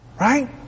Right